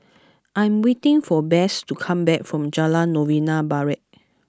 I am waiting for Bess to come back from Jalan Novena Barat